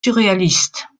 surréaliste